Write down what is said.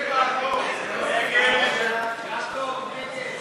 חובת גילוי לגבי מי שנתמך על-ידי ישות